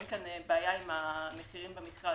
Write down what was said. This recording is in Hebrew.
אין פה בעיה עם המחירים במכרז.